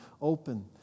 open